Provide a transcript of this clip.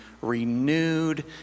renewed